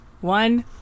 one